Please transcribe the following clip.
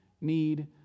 need